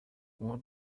what